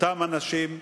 אותם אנשים,